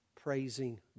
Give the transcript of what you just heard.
praising